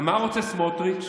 מה רוצה סמוטריץ'?